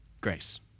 Grace